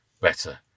better